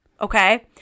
Okay